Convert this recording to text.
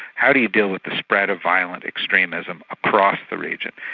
how do you deal with the spread of violent extremism across the region?